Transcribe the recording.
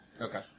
okay